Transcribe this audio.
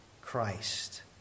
Christ